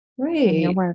Great